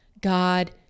God